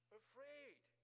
afraid